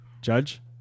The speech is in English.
Judge